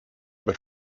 but